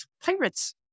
Pirates